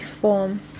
form